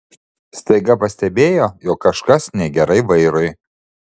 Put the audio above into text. staiga pastebėjo jog kažkas negerai vairui